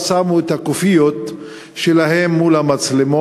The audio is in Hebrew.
אז שמו את הכאפיות שלהם מול המצלמות.